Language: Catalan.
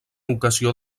ocasió